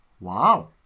Wow